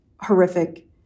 horrific